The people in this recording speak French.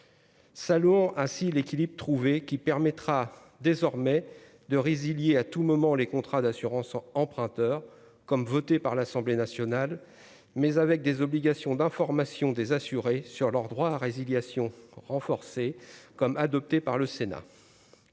Salon ainsi l'équilibre trouvé qui permettra désormais de résilier à tout moment les contrats d'assurance emprunteur comme voté par l'Assemblée nationale, mais avec des obligations d'information des assurés sur leurs droits à résiliation comme adopté par le Sénat.